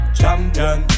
Champion